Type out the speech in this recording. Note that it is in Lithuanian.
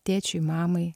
tėčiui mamai